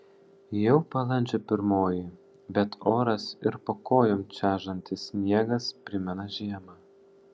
jau balandžio pirmoji bet oras ir po kojom čežantis sniegas primena žiemą